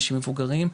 אנשים מבוגרים,